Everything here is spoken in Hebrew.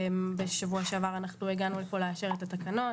בשבוע שעבר אנחנו הגענו לפה לאשר את התקנות.